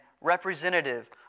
representative